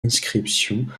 inscription